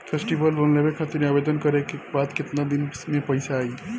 Festival loan लेवे खातिर आवेदन करे क बाद केतना दिन म पइसा आई?